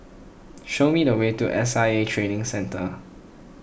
show me the way to S I A Training Centre